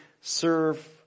serve